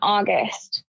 August